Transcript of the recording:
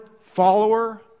follower